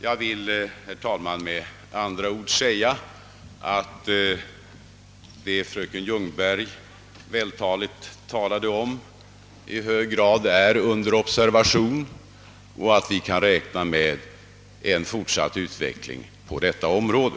Jag vill, herr talman, med andra ord säga att vad fröken Ljungberg här så vältaligt yttrade sig om är i hög grad under observation och att vi kan räkna med en fortsatt utveckling på detta område.